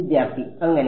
വിദ്യാർത്ഥി അങ്ങനെ